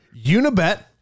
Unibet